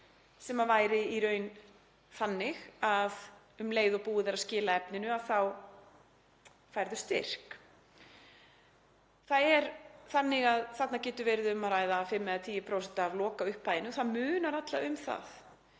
sem væri í raun þannig að um leið og búið er að skila efninu þá færðu styrk. Það er þannig að þarna getur verið um að ræða 5 eða 10% af lokaupphæðinni og það munar alla um það.